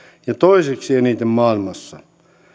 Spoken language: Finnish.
ja toiseksi eniten maailmassa